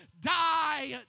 die